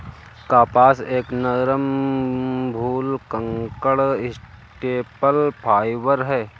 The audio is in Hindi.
कपास एक नरम, भुलक्कड़ स्टेपल फाइबर है